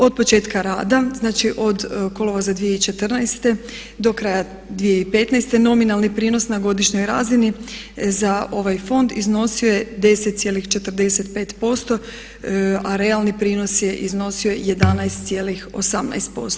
Od početka rada, znači od kolovoza 2014. do kraja 2015. nominalni prinos na godišnjoj razini za ovaj fond iznosio je 10,45% a realni prinos je iznosio 11,18%